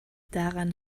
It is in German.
daran